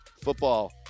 Football